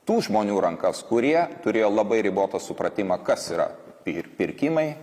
tų žmonių rankas kurie turėjo labai ribotą supratimą kas yra ir pirkimai